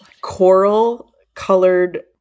coral-colored